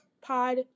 pod